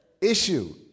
issue